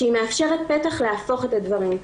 שהיא מאפשרת פתח להפוך את הדברים,